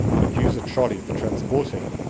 and use a trolley for transporting